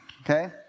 okay